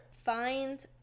find